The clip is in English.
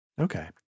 Okay